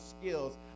skills